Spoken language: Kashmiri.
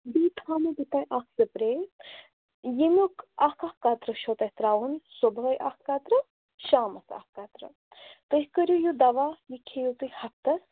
بیٚیہِ تھاومو بہٕ تۄہہِ اَکھ سٕپرٛے ییٚمیُک اَکھ اَکھ قطرٕ چھو تۄہہِ ترٛاوُن صُبحٲے اَکھ قطرٕ شامَس اَکھ قطرٕ تُہۍ کٔرِو یہِ دوا یہِ کھیٚیِو تُہۍ ہَفتَس